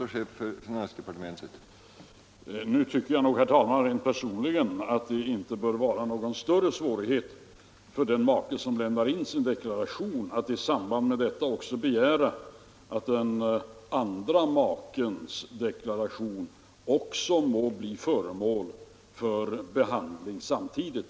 Herr talman! Personligen tycker jag nog att det inte bör vara någon större svårighet för den make som lämnar in sin deklaration att i samband med detta begära att den andra makens deklaration också må bli föremål för behandling samtidigt.